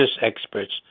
experts